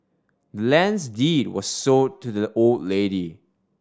the land's deed was sold to the old lady